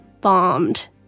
bombed